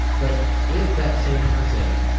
but if that same person.